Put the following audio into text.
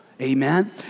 Amen